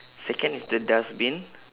second is the dustbin